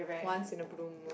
once in a blue moon